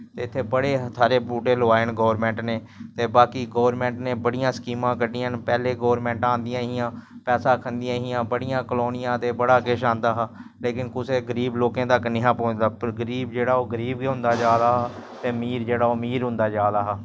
इत्थे बड़े सारे बूह्टे लोआए न गोरमैंट ने ते बाकी गोरमैंट ने बड़ियां स्कीमां कड्ढियां न पैह्लें गोरमैंटां आंदियां हियां पैसा खंदियां हियां बड़ियां कलोनियां ते बड़ा किश आंदा हा लेकिन कुसै गरीब लोकें तक नेंई हा पौंह्चदा पर गरीब जेह्ड़ा ओह् गरीब गै होंदा जा दा हा अमीर जेह्ड़ा ओह् अमीर होंदा जा दा हा